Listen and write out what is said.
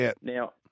Now